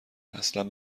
اصلن